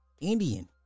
Indian